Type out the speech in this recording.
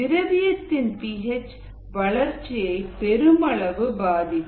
திரவியத்தின் P H வளர்ச்சியை பெருமளவு பாதிக்கும்